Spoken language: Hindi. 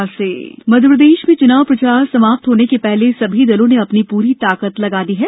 चुनाव प्रचार मध्यप्रदेश में चुनाव प्रचार समाप्त होने के पहले सभी दलों ने अपनी पूरी ताकत लगा दी है